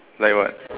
like what